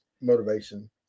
motivation